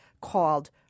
called